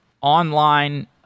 online